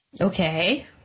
Okay